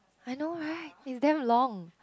I know right it's damn long